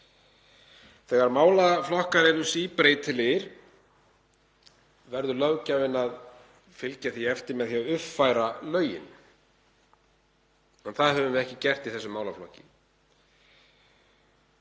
Þegar málaflokkar eru síbreytilegir verður löggjafinn að fylgja því eftir með því að uppfæra lögin. Það höfum við ekki gert í þessum málaflokki.